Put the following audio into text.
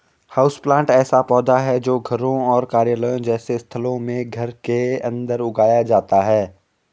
houseplant ऐसा पौधा है जो घरों और कार्यालयों जैसे स्थानों में घर के अंदर उगाया जाता है